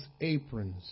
aprons